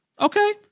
okay